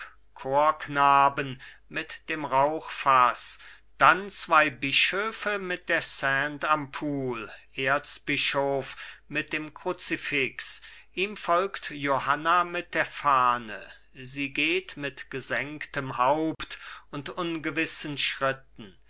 chorknaben mit dem rauchfaß dann zwei bischöfe mit der sainte ampoule erzbischof mit dem kruzifix ihm folgt johanna mit der fahne sie geht mit gesenktem haupt und ungewissen schritten